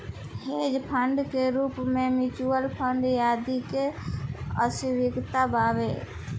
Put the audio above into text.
hedge fund के रूप में म्यूच्यूअल फंड आदि के स्वीकार्यता बावे